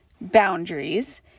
boundaries